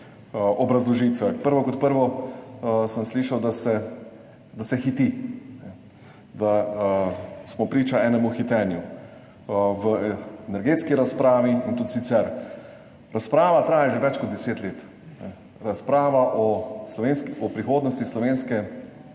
obrazložitve. Prvo kot prvo sem slišal, da se hiti, da smo priča enemu hitenju v energetski razpravi in tudi sicer. Razprava traja že več kot 10 let, razprava o prihodnosti slovenske